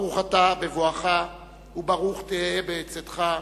ברוך אתה בבואך וברוך תהא בצאתך.